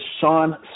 Sean